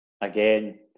again